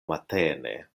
matene